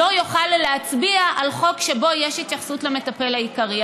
לא אוכל להצביע על חוק שבו יש התייחסות למטפל העיקרי.